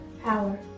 power